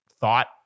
thought